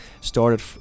started